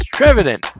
Trevenant